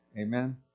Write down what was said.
Amen